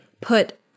put